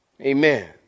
Amen